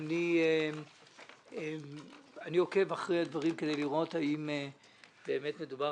אני עוקב אחרי הדברים כדי לראות האם באמת מדובר